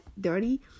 Dirty